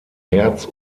märz